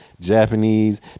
Japanese